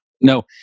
No